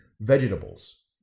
Vegetables